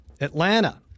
Atlanta